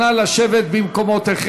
הכנסת, נא לשבת במקומותיכם.